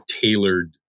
tailored